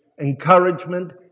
encouragement